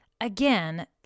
again